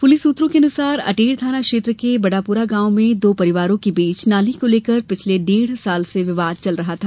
police सूत्रों के अनुसार अटेर थाना क्षेत्र के बडापुरा गांव में दो परिवारों के बीच नाली को लेकर पिछले डेढ साल से विवाद चल रहा था